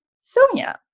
Sonia